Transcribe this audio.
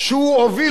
שהוא הוביל,